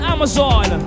Amazon